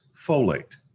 folate